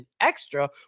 Extra